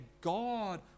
God